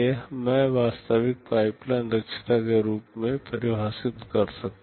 यह मैं वास्तविक पाइपलाइन दक्षता के रूप में परिभाषित कर सकता हूं